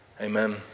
Amen